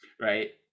Right